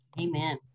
Amen